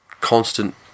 constant